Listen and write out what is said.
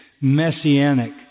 messianic